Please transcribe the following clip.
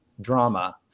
drama